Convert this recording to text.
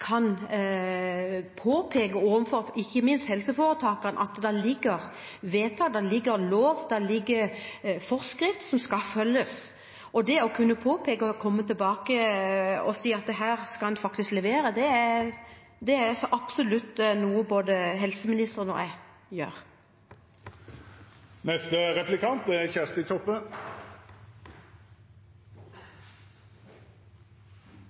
kan påpeke – ikke minst overfor helseforetakene – at det foreligger vedtak, lover og forskrifter som skal følges. Å påpeke dette og si at man her skal levere, er absolutt noe som både helse- og omsorgsministeren og jeg gjør.